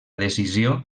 decisió